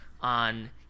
on